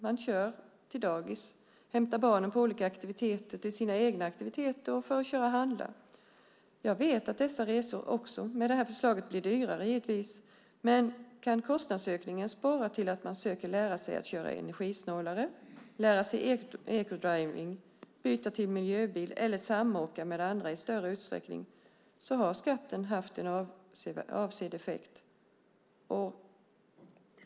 Man kör till dagis, hämtar barnen på olika aktiviteter, kör till sina egna aktiviteter och kör för att handla. Jag vet att dessa resor med det här förslaget givetvis blir dyrare. Men kan kostnadsökningen sporra till att man försöker lära sig köra energisnålare, lära sig eco driving , byta till miljöbil eller samåka med andra i större utsträckning har skatten haft avsedd effekt.